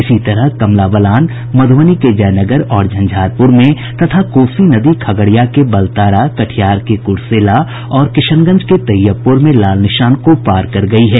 इसी तरह कमला बलान मध्रबनी के जयनगर और झंझारपुर में तथा कोसी नदी खगड़िया के बलतारा कटिहार के कुरसेला और किशनगंज के तैयबपुर में लाल निशान को पार कर गयी है